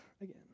again